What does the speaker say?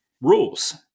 rules